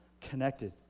connected